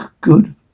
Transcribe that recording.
good